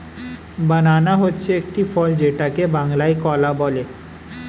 বানানা হচ্ছে একটি ফল যেটাকে বাংলায় কলা বলে